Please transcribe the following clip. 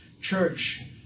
church